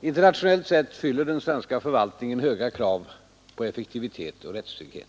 Internationellt sett fyller den svenska förvaltningen höga krav på effektivitet och rättstrygghet.